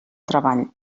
treball